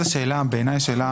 אבל אז בעיניי השאלה